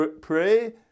pray